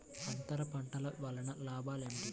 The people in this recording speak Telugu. అంతర పంటల వలన లాభాలు ఏమిటి?